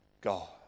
God